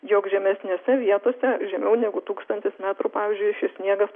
jog žemesnėse vietose žemiau negu tūkstantis metrų pavyzdžiui šis sniegas